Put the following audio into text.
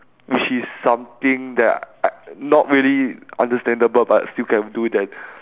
which is something that I not really understandable but still can do then